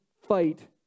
fight